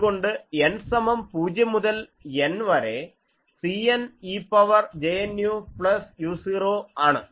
അതുകൊണ്ട് n സമം 0 മുതൽ N വരെ Cn e power j nu plus u0 ആണ്